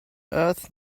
earth